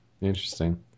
Interesting